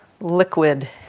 liquid